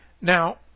Now